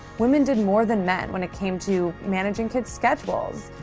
women did more than men when it came to managing kids' schedules,